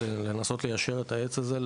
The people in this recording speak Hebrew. לנסות ליישר את העץ הזה,